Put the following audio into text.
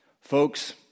folks